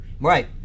Right